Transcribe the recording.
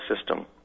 system